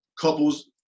couples